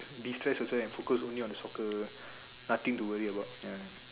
destress also and focus only on the soccer nothing to worry about